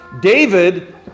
David